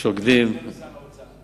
אדוני סגן שר האוצר,